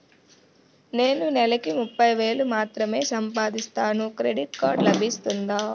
నేను నెల కి ముప్పై వేలు మాత్రమే సంపాదిస్తాను క్రెడిట్ కార్డ్ లభిస్తుందా?